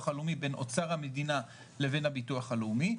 הלאומי בין אוצר המדינה לבין הביטוח הלאומי.